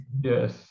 Yes